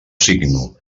signo